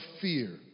fear